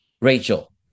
Rachel